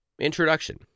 introduction